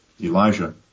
Elijah